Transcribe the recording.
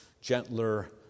gentler